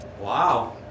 Wow